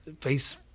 face